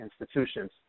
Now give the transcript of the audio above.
institutions